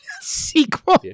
sequel